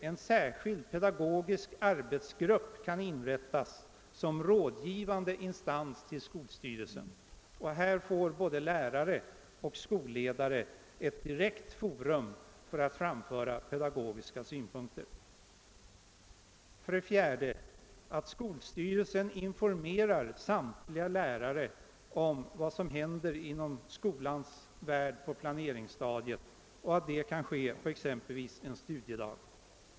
En särskild pedagogisk arbetsgrupp kan inrättas som rådgivande instans till skolstyrelsen, och här får både lärare och skolledare ett direkt forum för sina pedagogiska synpunkter. 4. Skolstyrelsen informerar samtliga lärare om vad som händer inom skolans värld på planeringsstadiet och detta kan exempelvis ske en studiedag.